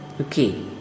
Okay